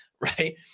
right